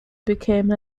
became